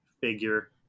figure